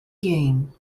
game